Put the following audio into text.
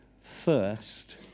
first